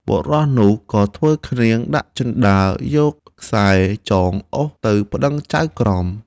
បុរសនោះ ក៏ធ្វើឃ្នាងដាក់ជណ្ដើរយកខ្សែចងអូសទៅប្ដឹងចៅក្រម ។